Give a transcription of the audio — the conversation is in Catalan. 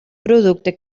producte